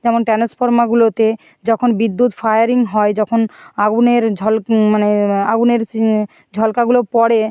যেমন ট্রান্সফর্মারগুলোতে যখন বিদ্যুৎ ফায়ারিং হয় যখন আগুনের ঝল মানে আগুনের সি ঝলকাগুলো পড়ে